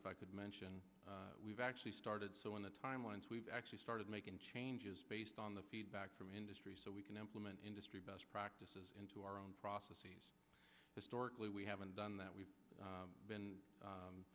if i could mention we've actually started so in the timelines we've actually started making changes based on the feedback from industry so we can implement industry best practices into our own processes historically we haven't done that we've been